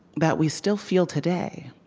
that we still feel today,